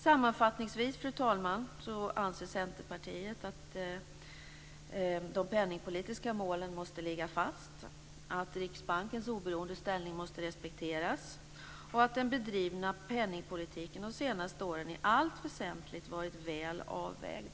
Sammanfattningsvis, fru talman, anser Centerpartiet att de penningpolitiska målen måste ligga fast, att Riksbankens oberoende ställning måste respekteras och att den bedrivna penningpolitiken de senaste åren i allt väsentligt varit väl avvägd.